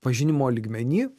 pažinimo lygmeny